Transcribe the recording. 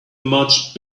much